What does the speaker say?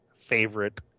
favorite